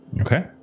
Okay